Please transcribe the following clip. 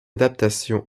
adaptation